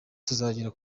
tuzagera